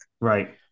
Right